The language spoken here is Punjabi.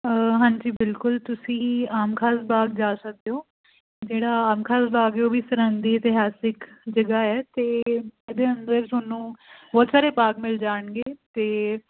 ਹਾਂਜੀ ਬਿਲਕੁਲ ਤੁਸੀਂ ਆਮ ਖਾਸ ਬਾਗ ਜਾ ਸਕਦੇ ਹੋ ਜਿਹੜਾ ਆਮ ਖਾਸ ਬਾਗ ਏ ਉਹ ਵੀ ਸਰਹਿੰਦ ਦੀ ਇਤਿਹਾਸਿਕ ਜਗ੍ਹਾ ਏ ਅਤੇ ਇਹਦੇ ਅੰਦਰ ਤੁਹਾਨੂੰ ਬਹੁਤ ਸਾਰੇ ਬਾਗ ਮਿਲ ਜਾਣਗੇ ਅਤੇ